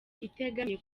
itegamiye